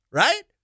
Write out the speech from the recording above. right